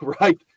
Right